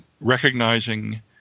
recognizing